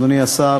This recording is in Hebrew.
אדוני השר,